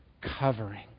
covering